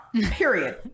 period